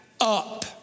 up